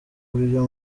byo